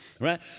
right